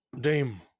Dame